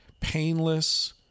painless